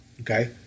okay